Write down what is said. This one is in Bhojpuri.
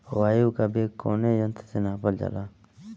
वायु क वेग कवने यंत्र से नापल जाला?